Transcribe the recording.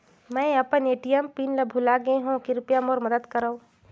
मैं अपन ATM pin ल भुला गे हवों, कृपया मोर मदद करव